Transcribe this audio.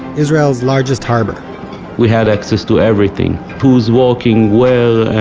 israel's largest harbor we had access to everything. who's working, where,